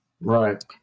Right